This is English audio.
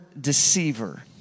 deceiver